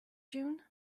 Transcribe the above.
june